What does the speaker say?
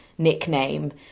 nickname